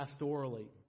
pastorally